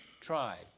tried